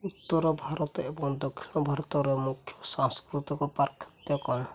ଉତ୍ତର ଭାରତ ଏବଂ ଦକ୍ଷିଣ ଭାରତର ମୁଖ୍ୟ ସାଂସ୍କୃତିକ ପାର୍ଥକ୍ୟ କ'ଣ